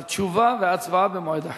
אבל תשובה והצבעה במועד אחר.